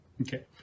Okay